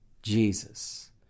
Jesus